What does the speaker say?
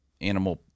animal